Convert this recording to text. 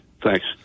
Thanks